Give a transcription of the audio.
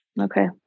Okay